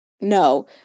no